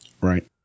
Right